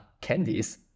candies